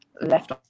left